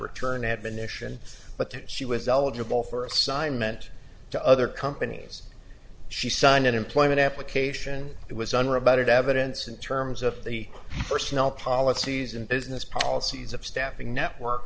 return admonition but that she was eligible for assignment to other companies she signed an employment application it was under about evidence in terms of the personnel policies and business policies of staffing network